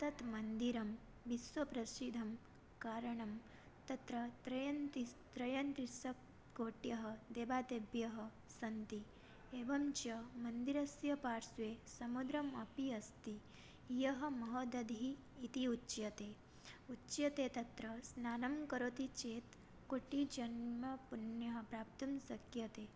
तत् मन्दिरं विश्वप्रसिद्धं कारणं तत्र त्रयन्तिस् त्रयस्त्रिंशत्कोट्यः देवदेव्यः सन्ति एवं च मन्दिरस्य पार्श्वे समुद्रम् अपि अस्ति यः महोदधिः इति उच्यते उच्यते तत्र स्नानं करोति चेत् कोटिजन्मपुण्यं प्राप्तुं शक्यते